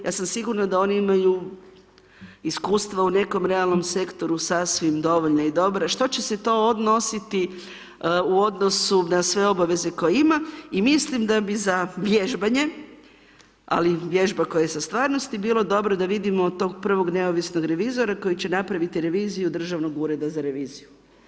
Ja sam sigurna da oni imaju iskustva u nekom realnom sektoru sasvim dovoljna i dobra, što će se to odnositi u odnosu na sve obaveze koje ima i mislim da bi za vježbanje, ali vježba koja je sa stvarnosti bilo dobro da vidimo od tog prvog neovisnog revizora koji će napraviti reviziju Državnog ureda za reviziju.